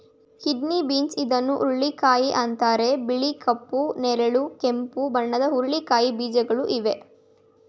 kidney beans ಇದನ್ನು ಹುರುಳಿಕಾಯಿ ಅಂತರೆ ಬಿಳಿ, ಕಪ್ಪು, ನೇರಳೆ, ಕೆಂಪು ಬಣ್ಣದ ಹುರಳಿಕಾಯಿ ಬೀಜಗಳು ಇವೆ